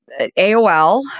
AOL